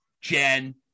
Jen